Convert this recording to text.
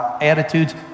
attitudes